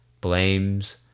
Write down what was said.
blames